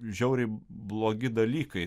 žiauriai blogi dalykai